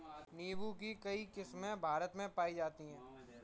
नीम्बू की कई किस्मे भारत में पाई जाती है